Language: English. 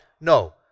No